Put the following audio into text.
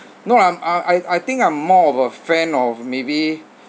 no I'm I I think I'm more of a fan of maybe